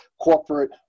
corporate